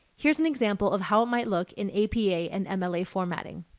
here's an example of how it might look in apa and mla formatting.